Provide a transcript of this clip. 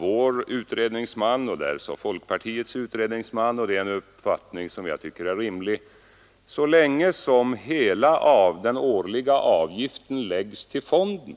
Vår utredningsman liksom folkpartiets ansåg — och det är en uppfattning som jag tycker är rimlig — att så länge hela den årliga avgiften läggs till fonden,